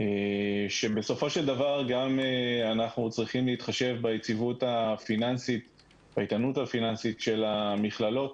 בסופו של דבר אנחנו צריכים להתחשב באיתנות הפיננסית של המכללות.